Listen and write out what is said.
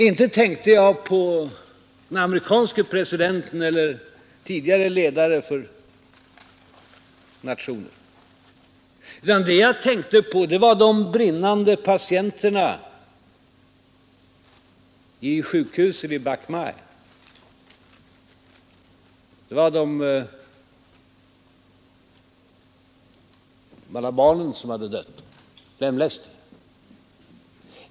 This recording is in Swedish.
Inte tänkte jag på den amerikanske presidenten eller tidigare ledare för olika nationer, utan vad jag tänkte på var de brinnande patienterna i sjukhuset Bach Mai, på alla barnen som hade dött eller lemlästats.